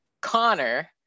connor